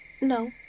No